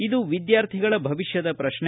ಇದು ವಿದ್ಯಾರ್ಥಿಗಳ ಭವಿಷ್ಠದ ಪ್ರಶ್ನೆ